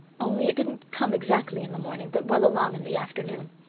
only it didn't come exactly in the morning but well along in the afternoon.